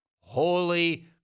Holy